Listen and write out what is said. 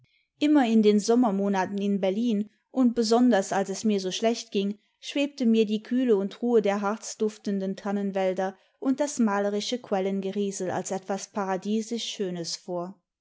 immer in den sommermonaten in berlin und besonders als es mir so schlecht ging schwebte mir die kühle und ruhe der harzduftenden tannenwälder und das malerische quellengeriesel als etwas paradiesisch schönes vor